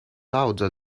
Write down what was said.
louder